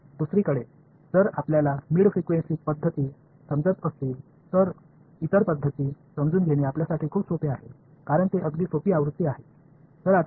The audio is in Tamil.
மறுபுறம் நீங்கள் இடைநிலை அதிர்வெண் முறைகளைப் புரிந்து கொண்டால் மற்ற முறைகளைப் புரிந்துகொள்வது உங்களுக்கு மிகவும் எளிதானது ஏனெனில் அவை எளிமையான பதிப்பு